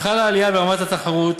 חלה עלייה ברמת התחרות,